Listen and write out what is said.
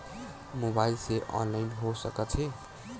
Mobile से online हो सकत हे?